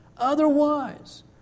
Otherwise